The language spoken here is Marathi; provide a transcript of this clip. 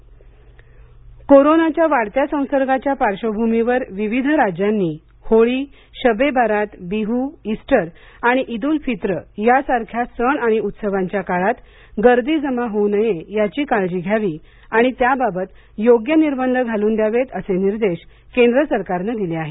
कोरोना सणउत्सव काळजी कोरोनाच्या वाढत्या संसर्गाच्या पार्श्वभूमीवर विविध राज्यांनी होळी शब्बे बारात बिहू इस्टर आणि ईद उल फित्र या सारख्या सण आणि उत्सवांच्या काळात गर्दी जमा होऊ नये याची काळजी घ्यावी आणि त्याबाबत योग्य निर्बंध घालून द्यावेत असे निर्देश केंद्र सरकारनं दिले आहेत